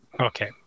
Okay